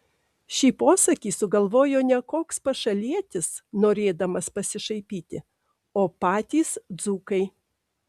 šį posakį sugalvojo ne koks pašalietis norėdamas pasišaipyti o patys dzūkai